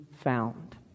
found